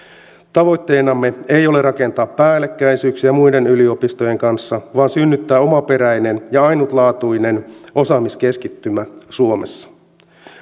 tavoitteenamme ei ole rakentaa päällekkäisyyksiä muiden yliopistojen kanssa vaan synnyttää omaperäinen ja ainutlaatuinen osaamiskeskittymä suomessa